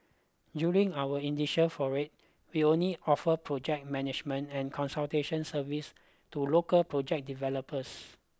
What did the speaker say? during our initial foray we only offered project management and consultation service to local project developers